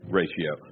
ratio